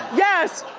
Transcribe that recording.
yes!